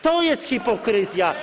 To jest hipokryzja.